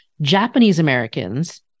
Japanese-Americans